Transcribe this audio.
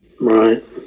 Right